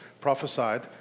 prophesied